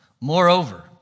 Moreover